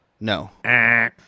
no